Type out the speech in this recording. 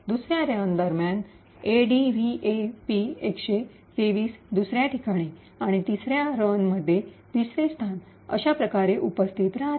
दुसर्या रन दरम्यान ADVAP123 दुसऱ्या ठिकाणी आणि तिसर्या रन मध्ये तिसरे स्थान आणि अशाच प्रकारे उपस्थित राहते